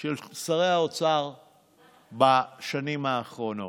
של שרי האוצר בשנים האחרונות.